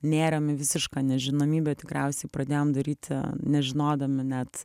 nėrėm į visišką nežinomybę tikriausiai pradėjom daryti nežinodami net